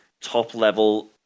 top-level